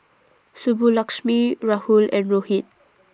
Subbulakshmi Rahul and Rohit